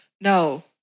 no